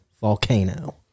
volcano